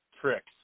tricks